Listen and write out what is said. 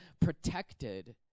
protected